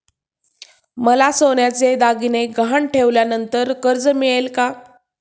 मला सोन्याचे दागिने गहाण ठेवल्यावर कर्ज मिळेल का?